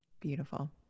Beautiful